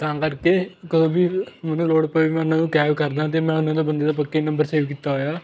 ਤਾਂ ਕਰਕੇ ਕਦੋਂ ਵੀ ਮੈਨੂੰ ਲੋੜ ਪਵੇ ਮੈਂ ਉਹਨਾਂ ਨੂੰ ਕੈਬ ਕਰਦਾ ਅਤੇ ਮੈਂ ਉਹਨਾਂ ਦਾ ਬੰਦੇ ਦਾ ਪੱਕਾ ਹੀ ਨੰਬਰ ਸੇਵ ਕੀਤਾ ਹੋਇਆ